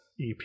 ep